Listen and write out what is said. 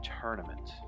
tournament